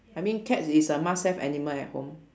I mean cats is a must have animal at home